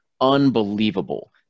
unbelievable